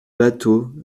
bâteau